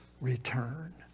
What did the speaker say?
return